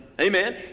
Amen